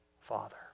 Father